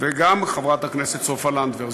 וגם חברת הכנסת סופה לנדבר.